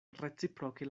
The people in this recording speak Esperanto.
reciproke